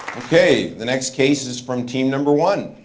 okay, the next case is from team number one.